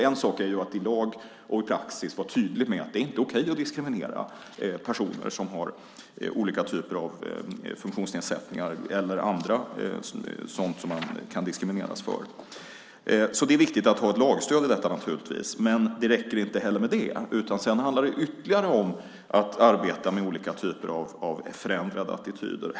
En sak är att i lag och praxis vara tydlig med att det inte är okej att diskriminera personer som har olika typer av funktionsnedsättningar eller någonting annat som de kan diskrimineras för. Det är naturligtvis viktigt att ha ett lagstöd för detta. Men det räcker inte heller med det. Sedan handlar det om att arbeta med olika typer av förändrade attityder.